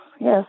Yes